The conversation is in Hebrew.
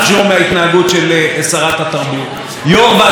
שבאמת ניהל את הדיונים האלה בתבונה ובידידות,